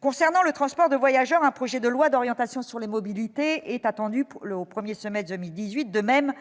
Concernant le transport de voyageurs, un projet de loi d'orientation sur les mobilités est attendu au premier semestre de 2018, de même